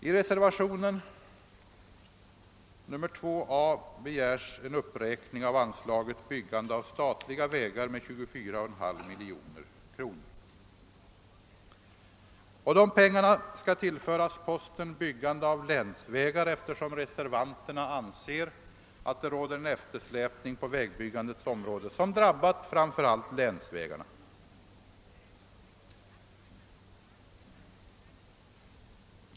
I reservationen 2 a begär man en uppräkning av anslaget till byggande av statliga vägar med närmare 25 miljoner kronor. Dessa pengar skall tillföras posten Byggande av länsvägar, eftersom reservanterna anser att det råder en eftersläpning på vägbyggandets område som drabbat framför allt länsvägarna.